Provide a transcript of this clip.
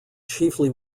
chiefly